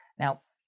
now,